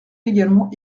également